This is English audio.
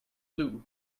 blue